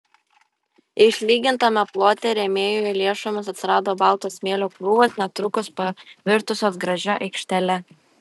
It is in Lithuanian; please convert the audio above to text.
išlygintame plote rėmėjų lėšomis atsirado balto smėlio krūvos netrukus pavirtusios gražia aikštele